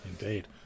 indeed